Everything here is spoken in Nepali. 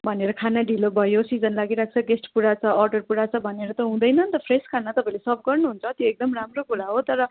भनेर खाना ढिलो भयो सिजन लागिरहेको छ गेस्ट पुरा छ अर्डर पुरा छ भनेर त हुँदैन नि त फ्रेस खाना तपाईँहरूले सर्भ गर्नुहुन्छ त्यो एकदम राम्रो कुरा हो तर